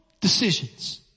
decisions